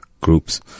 groups